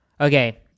okay